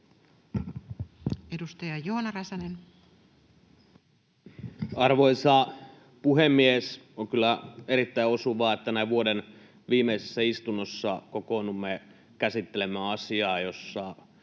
14:48 Content: Arvoisa puhemies! On kyllä erittäin osuvaa, että näin vuoden viimeisessä istunnossa kokoonnumme käsittelemään asiaa, jossa